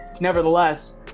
nevertheless